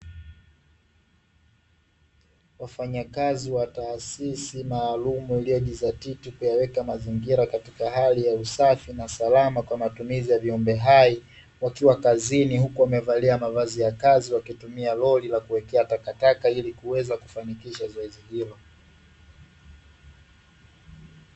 Wafanyakazi wa taasisi maalumu waliojizatiti kuyaweka mazingira katika hali ya usafi na salama kwajili ya matumizi ya viumbe hai, wakiwa kazini huku wakivalia mavazi ya kazi wakitumia vifaa vya kazi na lori ili kuwekea takataka hizo.